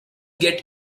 get